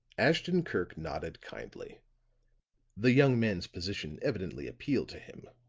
ashton-kirk nodded kindly the young man's position evidently appealed to him.